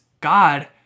God